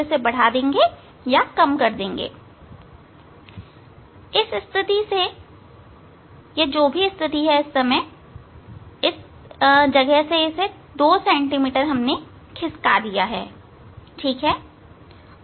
इस स्थिति से यह जो भी है इस तरफ 2 cm खिसका देते हैं ठीक हैं